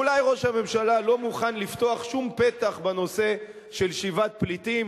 אולי ראש הממשלה לא מוכן לפתוח שום פתח בנושא של שיבת פליטים,